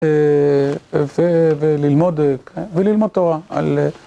וללמוד, וללמוד תורה.